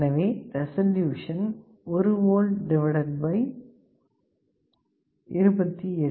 எனவே resolution 1V283